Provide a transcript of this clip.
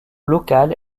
local